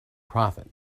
profit